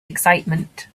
excitement